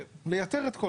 אז צריך לדייק את ההגדרה.